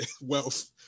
Wealth